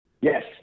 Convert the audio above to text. Yes